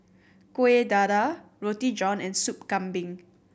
Kuih Dadar Roti John and Soup Kambing